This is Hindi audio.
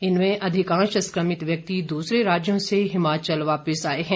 इनमें अधिकांश संक्रमित व्यक्ति दूसरे राज्यों से हिमाचल वापिस आए हैं